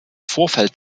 vorfeld